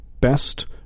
best